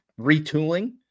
retooling